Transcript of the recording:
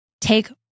take